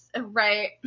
Right